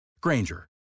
Granger